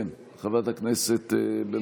אם כן, הוסרו הסתייגויות 133 עד